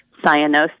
cyanosis